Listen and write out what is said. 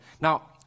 Now